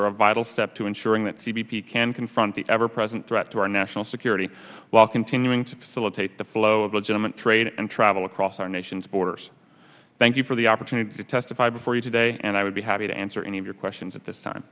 are a vital step to ensuring that c b p can confront the ever present threat to our national security while continuing to facilitate the flow of legitimate trade and travel across our nation's borders thank you for the opportunity to testify before you today and i would be happy to answer any of your questions at this time